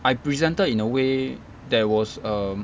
I presented in a way that was um